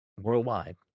Worldwide